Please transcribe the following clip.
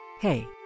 Hey